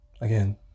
again